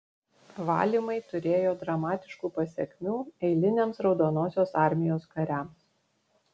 valymai turėjo dramatiškų pasekmių eiliniams raudonosios armijos kariams